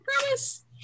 promise